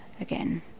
again